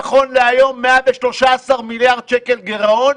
נכון להיום 113 מיליארד שקל גירעון,